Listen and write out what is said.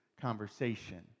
conversation